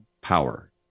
power